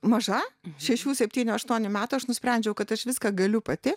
maža šešių septynių aštuonių metų aš nusprendžiau kad aš viską galiu pati